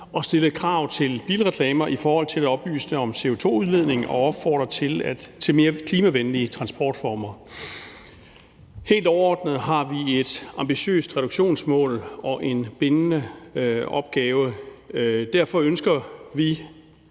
at stille krav til bilreklamer i forhold til at oplyse om CO2-udledning og om at opfordre til at bruge mere klimavenlige transportformer. Helt overordnet har vi et ambitiøst reduktionsmål og en bindende opgave. Derfor ønsker vi